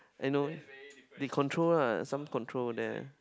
I know they control lah some control there